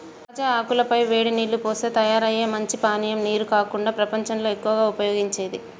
తాజా ఆకుల పై వేడి నీల్లు పోస్తే తయారయ్యే మంచి పానీయం నీరు కాకుండా ప్రపంచంలో ఎక్కువగా ఉపయోగించేది